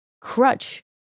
crutch